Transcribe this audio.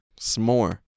S'more